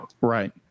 right